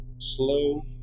Slow